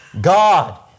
God